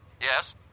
Yes